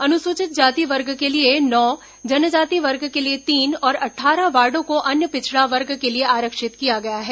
अनुसूचित जाति वर्ग के लिए नौ जनजाति वर्ग के लिए तीन और अट्ठारह वार्डों को अन्य पिछड़ा वर्ग के लिए आरक्षित किया गया है